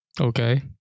Okay